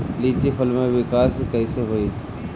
लीची फल में विकास कइसे होई?